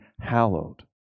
hallowed